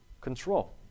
control